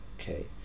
Okay